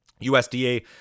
USDA